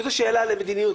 שזו שאלה למדיניות.